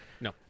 no